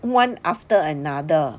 one after another